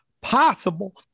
possible